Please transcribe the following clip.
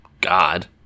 God